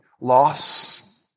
Loss